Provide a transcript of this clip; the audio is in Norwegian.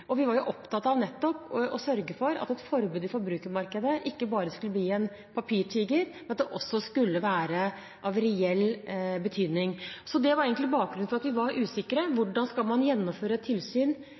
gjennomføres. Vi kan ikke sende Arbeidstilsynet inn i de norske hjem. Vi var opptatt av nettopp å sørge for at et forbud i forbrukermarkedet ikke bare skulle bli en papirtiger, men være av reell betydning. Bakgrunnen for at vi var usikre